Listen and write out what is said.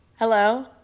Hello